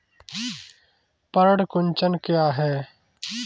पर्ण कुंचन क्या है?